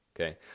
okay